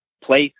place